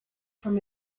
from